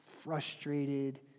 frustrated